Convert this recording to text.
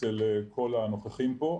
אצל כל הנוכחים פה.